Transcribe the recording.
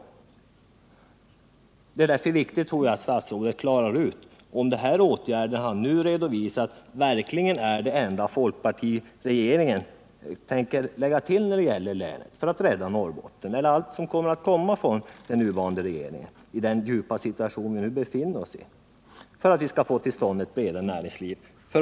Jag tror därför att det är viktigt att statsrådet klarar ut om de åtgärder som han nu redovisar verkligen är det enda som folkpartiregeringen tänker göra för att rädda Norrbotten. Är det allt som skall komma från den nuvarande regeringen, i den djupa kris som vi nu befinner oss i, för att vi skall få till stånd ett bredare näringsliv?